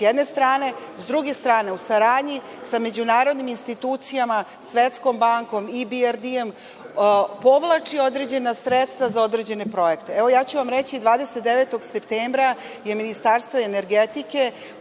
sa jedne strane, a sa druge strane u saradnji sa međunarodnim institucijama, Svetskom bankom, IBRD povlači određena sredstva za određene projekte. Reći ću vam da je 29. septembra Ministarstvo energetike